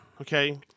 okay